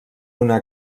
una